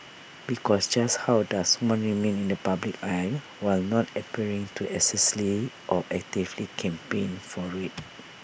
because just how does one remain in the public eye while not appearing to excessively or actively campaign for IT